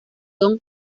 dong